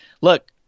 look